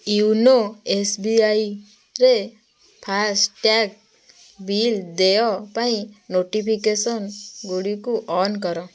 you know ଏସ୍ବିଆଇରେ FASTag bill ଦେୟ ପାଇଁ ନୋଟିଫିକେସନ୍ଗୁଡ଼ିକୁ ଅନ୍ କର